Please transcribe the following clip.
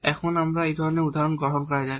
এখন আমরা এই ধরনের উদাহরণ গ্রহণ করা যাক